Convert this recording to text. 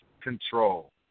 control